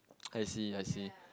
I see I see